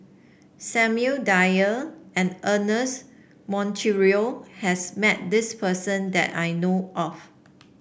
Samuel Dyer and Ernest Monteiro has met this person that I know of